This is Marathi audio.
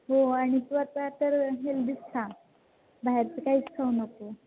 हो आणि तू आता तर हेल्दीच खा बाहेरचं काहीच खाऊ नको